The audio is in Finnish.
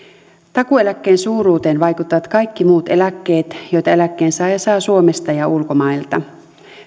takuueläkkeen suuruuteen vaikuttavat kaikki muut eläkkeet joita eläkkeensaaja saa suomesta ja ulkomailta